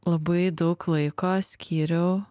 labai daug laiko skyriau